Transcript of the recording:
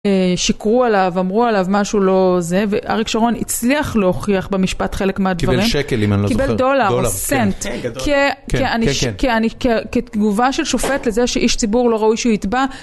שיקרו עליו, אמרו עליו משהו לא זה, ואריק שרון הצליח להוכיח במשפט חלק מהדברים. קיבל שקל אם אני לא זוכר. קיבל דולר או סנט. כן, כן, כן. כתגובה של שופט לזה שאיש ציבור לא ראוי שהוא יתבע.